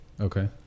Okay